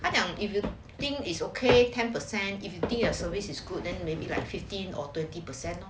他讲 if you think is okay ten percent if you think the service is good then maybe like fifteen or twenty percent lor